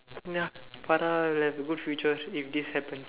ya Farah have a good future if this happens